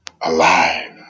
alive